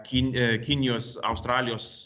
kin kinijos australijos